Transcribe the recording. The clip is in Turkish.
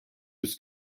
yüz